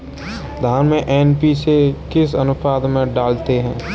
धान में एन.पी.के किस अनुपात में डालते हैं?